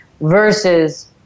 versus